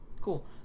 Cool